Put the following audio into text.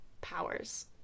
powers